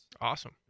Awesome